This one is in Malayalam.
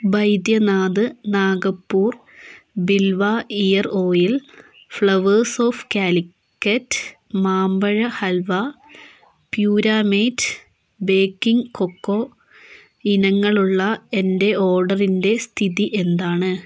ബൈദ്യനാഥ് നാഗപ്പുർ ബിൽവ ear oil flavours of Calicut മാമ്പഴ ഹൽവ പ്യുരാമേറ്റ് ബേക്കിംഗ് കൊക്കോ ഇനങ്ങൾ ഉള്ള എന്റെ ഓർഡറിന്റെ സ്ഥിതിഎന്താണ്